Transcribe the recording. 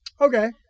okay